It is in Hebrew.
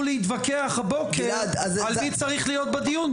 להתווכח הבוקר על מי צריך להיות בדיון,